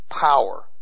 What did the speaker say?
power